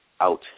out